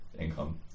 income